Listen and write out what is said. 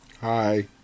Hi